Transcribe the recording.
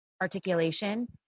articulation